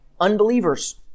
unbelievers